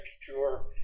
sure